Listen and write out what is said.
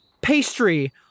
pastry